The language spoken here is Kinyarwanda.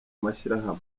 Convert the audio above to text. mashyirahamwe